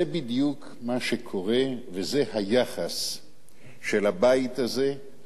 זה בדיוק מה שקורה, וזה היחס של הבית הזה,